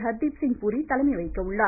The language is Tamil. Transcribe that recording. ஹர்தீப்சிங் பூரி தலைமை வகிக்க உள்ளார்